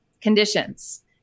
Conditions